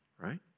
right